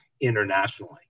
internationally